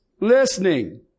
listening